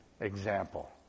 example